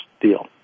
deal